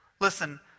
Listen